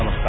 नमस्कार